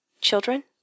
Children